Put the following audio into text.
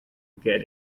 get